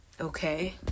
Okay